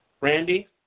Randy